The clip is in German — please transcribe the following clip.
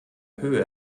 höhe